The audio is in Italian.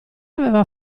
aveva